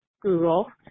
Google